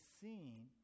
seen